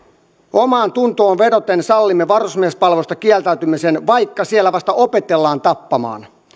omaantuntoon vedoten sallimme varusmiespalveluksesta kieltäytymisen vaikka siellä vasta opetellaan tappamaan